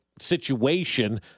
situation